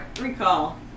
recall